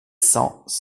cents